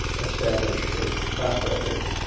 establish a top record.